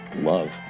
Love